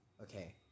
Okay